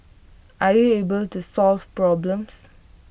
are you able to solve problems